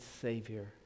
Savior